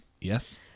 Yes